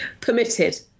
permitted